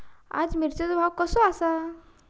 आज मिरचेचो भाव कसो आसा?